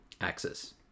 Axis